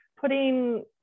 putting